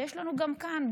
ויש לנו גם כאן,